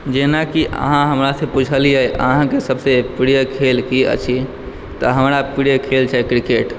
जाहिमे की अहाँ हमरा सॅं पूछलियै अहाँके सबसे प्रिय खेल की अछि तऽ हमरा प्रिय खेल छै क्रिकेट